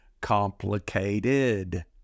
complicated